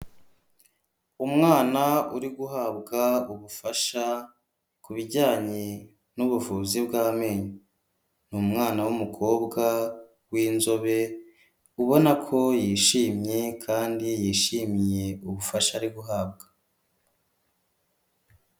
Umwana uri guhabwa ubufasha kujyanye n'ubuvuzi bw'amenyo, ni umwana w'umukobwa w'inzobe ubona ko yishimye kandi yishimiye ubufasha ari guhabwa.